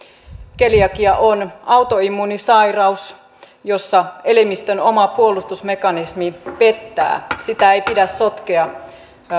keliakia on autoimmuunisairaus jossa elimistön oma puolustusmekanismi pettää sitä ei pidä sotkea